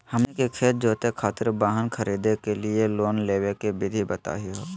हमनी के खेत जोते खातीर वाहन खरीदे लिये लोन लेवे के विधि बताही हो?